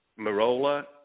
Marola